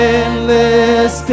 endless